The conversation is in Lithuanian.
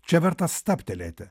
čia verta stabtelėti